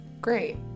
great